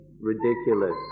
ridiculous